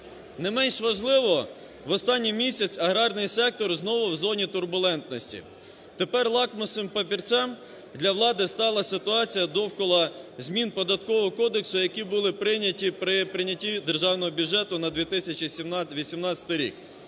Не менш важливо, в останній місяць аграрний сектор знову в зоні турбулентності. Тепер лакмусовим папірцем для влади стала ситуація довкола змін Податкового кодексу, які були прийняті при прийнятті Державного бюджету на 2018 рік.